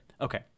Okay